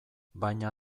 baina